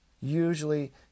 usually